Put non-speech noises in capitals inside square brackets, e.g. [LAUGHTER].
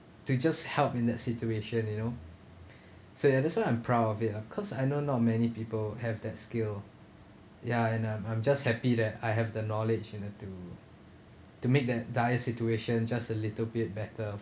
to just help in that situation you know [BREATH] so ya that's why I'm proud of it ah cause I know not many people have that skill ya and I'm I'm just happy that I have the knowledge you know to to make that dire situation just a little bit better